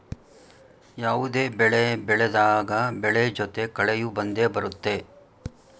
ಯಾವುದೇ ಬೆಳೆ ಬೆಳೆದಾಗ ಬೆಳೆ ಜೊತೆ ಕಳೆಯೂ ಬಂದೆ ಬರುತ್ತೆ